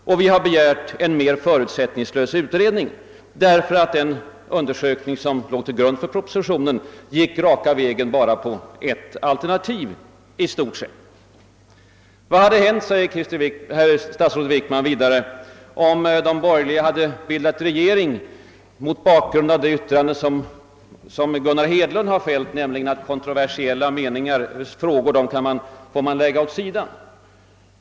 Vidare har vi begärt en mer förutsättningslös utredning, ty den undersökning som låg till grund för propositionen gick i stort sett raka vägen mot ett enda alternativ. Vidare frågade statsrådet Wickman: Vad hade hänt om de borgerliga bildat regering — mot bakgrunden av det yttrande som herr Hedlund har fällt, nämligen att kontroversiella frågor får man lägga åt sidan?